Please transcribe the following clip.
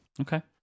Okay